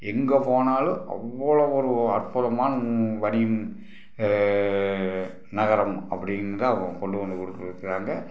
எங்கே போனாலும் அவ்வளோ ஒரு அற்புதமான வடிவம் நகரம் அப்படின்னு தான் கொண்டு வந்து கொடுத்துருக்கறாங்க